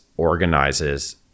organizes